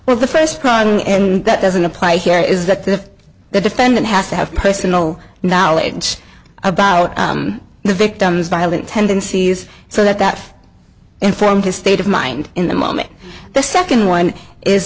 well the first crying and that doesn't apply here is that the the defendant has to have personal knowledge about the victim's violent tendencies so that that informed his state of mind in the moment the second one is